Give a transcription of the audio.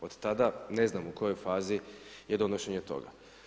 Od tada ne znam u kojoj fazi je donošenje toga.